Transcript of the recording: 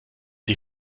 die